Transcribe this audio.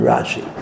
Rashi